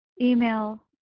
email